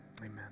Amen